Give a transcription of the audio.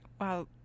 Wow